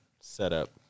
setup